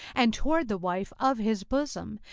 and toward the wife of his bosom,